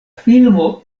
filmo